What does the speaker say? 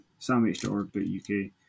samh.org.uk